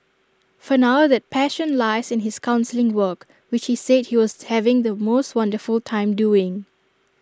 for now that passion lies in his counselling work which he said he was having the most wonderful time doing